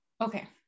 okay